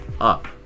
up